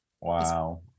wow